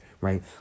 right